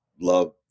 love